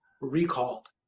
recalled